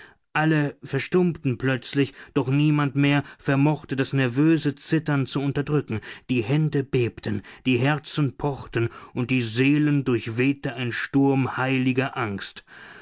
alle verstummten plötzlich doch niemand mehr vermochte das nervöse zittern zu unterdrücken die hände bebten die herzen pochten und die seelen durchwehte ein sturm heiliger angst